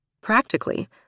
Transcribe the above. Practically